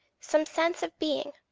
some sense of being,